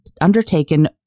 undertaken